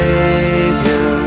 Savior